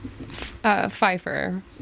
Pfeiffer